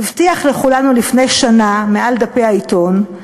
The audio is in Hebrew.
הבטיח לכולנו לפני שנה מעל דפי העיתון,